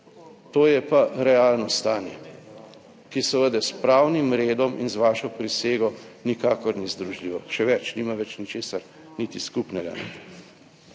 To je pa realno stanje, ki seveda s pravnim redom in z vašo prisego nikakor ni združljivo. Še več, nima več ničesar niti skupnega.